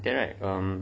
um